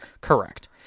Correct